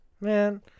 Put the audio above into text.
man